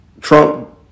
Trump